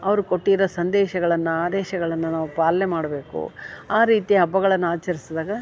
ಅವ್ರು ಕೊಟ್ಟಿದ ಸಂದೇಶಗಳನ್ನ ಆದೇಶಗಳನ್ನ ನಾವು ಪಾಲನೆ ಮಾಡಬೇಕು ಆ ರೀತಿಯ ಹಬ್ಬಗಳನ್ನು ಆಚರ್ಸ್ದಾಗ